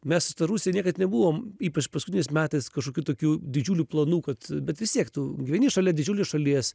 mes su ta rusija niekad nebuvom ypač paskutiniais metais kažkokių tokių didžiulių planų kad bet vis tiek tu gyveni šalia didžiulės šalies